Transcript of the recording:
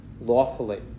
lawfully